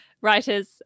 writers